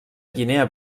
guinea